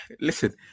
Listen